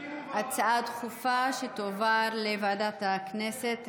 הצעה דחופה שתועבר לוועדת הכנסת.